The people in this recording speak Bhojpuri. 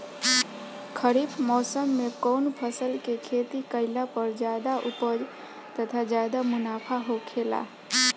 खरीफ़ मौसम में कउन फसल के खेती कइला पर ज्यादा उपज तथा ज्यादा मुनाफा होखेला?